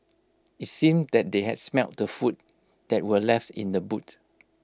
IT seemed that they has smelt the food that were left in the boot